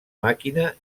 màquina